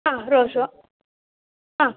ಹಾಂ ರೋಸು ಹಾಂ